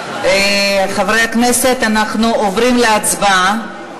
חברי הכנסת, אנחנו עוברים להצבעה,